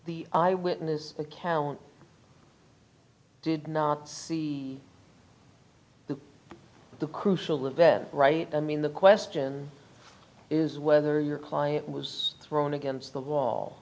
eye witness account did not see the the crucial event right i mean the question is whether your client was thrown against the wall